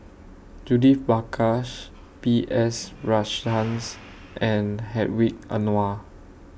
Judith Prakash B S Rajhans and Hedwig Anuar